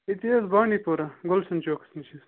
ییٚتی حظ بانٛڈی پوٗرا گُلشَن چوکَس نِش